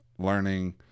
Learning